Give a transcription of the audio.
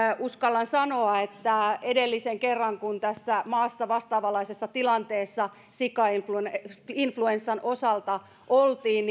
uskallan sanoa että edellisen kerran jälkeen kun tässä maassa vastaavanlaisessa tilanteessa sikainfluenssan osalta oltiin